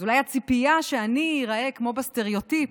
אז אולי הציפייה שאני איראה כמו בסטריאוטיפ,